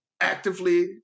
actively